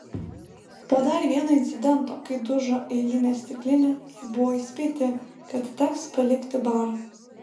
po dar vieno incidento kai dužo eilinė stiklinė jie buvo įspėti kad teks palikti barą